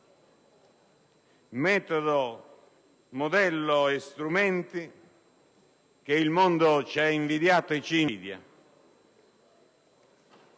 metodo, modello e strumenti che il mondo ci ha invidiato e ci invidia.